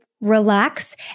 relax